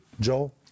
Joel